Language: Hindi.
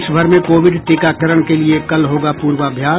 देश भर में कोविड टीकाकरण के लिए कल होगा पूर्वाभ्यास